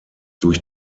durch